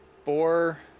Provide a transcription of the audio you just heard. Four